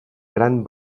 gran